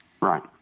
Right